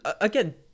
again